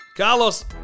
Carlos